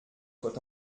soit